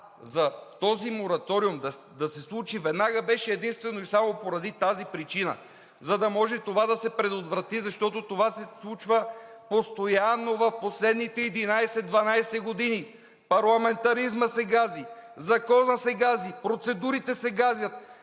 за този мораториум да се случи веднага беше единствено и само поради тази причина, за да може това да се предотврати, защото това се случва постоянно в последните 11 – 12 години. Парламентаризмът се гази, законът се гази, процедурите се газят.